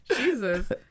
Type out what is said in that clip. Jesus